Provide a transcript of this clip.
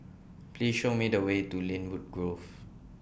Please Show Me The Way to Lynwood Grove